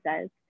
says